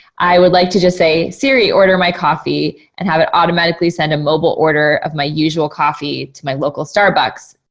i would like to just say, siri, order my coffee and have it automatically automatically send a mobile order of my usual coffee to my local starbucks,